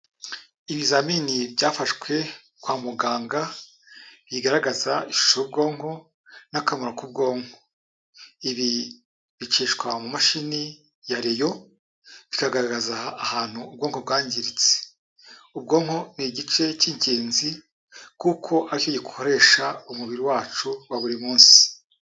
Ibizamini byafashwe kwa muganga, bigaragaza ishusho y'ubwonko, n'akamaro k'ubwonko. Ibi bicishwa mu mashini ya reyo, bikagaragaza ahantu ubwoko bwangiritse. Ubwonko ni igice cy'ingenzi, kuko ari cyo gikoresha umubiri wacu wa buri munsi.